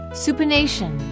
supination